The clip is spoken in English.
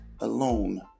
alone